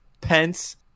pence